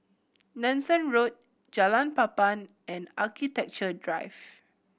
Nanson Road Jalan Papan and Architecture Drive